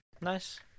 nice